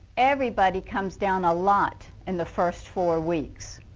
everybody comes down a lot in the first four weeks.